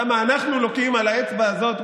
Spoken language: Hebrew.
כמה אנחנו לוקים על האצבע הזאת,